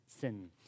sin